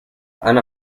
han